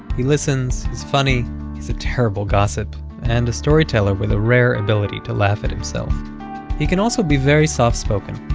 he listens he's funny he's a terrible gossip and a storyteller with the ah rare ability to laugh at himself he can also be very soft-spoken,